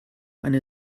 eine